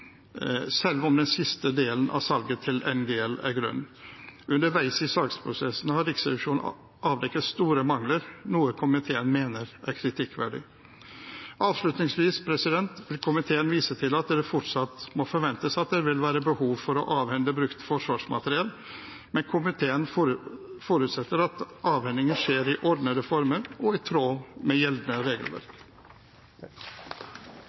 selv om den siste delen av salget til NGL er grønn. Underveis i salgsprosessen har Riksrevisjonen avdekket store mangler, noe komiteen mener er kritikkverdig. Avslutningsvis: Komiteen viser til at det fortsatt må forventes at det vil være behov for å avhende brukt forsvarsmateriell, men komiteen forutsetter at avhendingen skjer i ordnede former og i tråd med gjeldende regelverk.